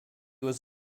was